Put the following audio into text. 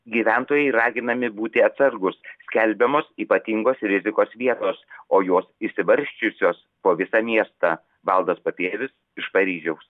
gyventojai raginami būti atsargūs skelbiamos ypatingos rizikos vietos o jos išsibarsčiusios po visą miestą valdas papievis iš paryžiaus